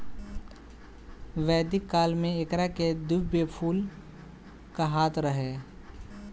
वैदिक काल में एकरा के दिव्य फूल कहात रहे